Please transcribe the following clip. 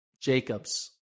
Jacobs